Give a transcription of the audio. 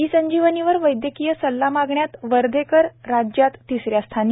E संजीवनीवर वैद्यकीय सल्ला मागण्यात वर्धेकर राज्यात तिसऱ्या स्थानी